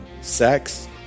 sex